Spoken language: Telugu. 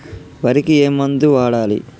వరికి ఏ మందు వాడాలి?